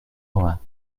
ohr